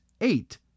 eight